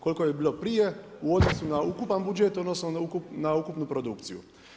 Koliko je bilo prije u odnosu na ukupan budžet, odnosno na ukupnu produkciju?